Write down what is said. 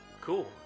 cool